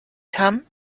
come